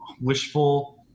wishful